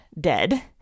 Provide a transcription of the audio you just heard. dead